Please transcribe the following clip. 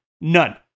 None